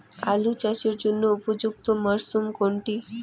আলু চাষের জন্য উপযুক্ত মরশুম কোনটি?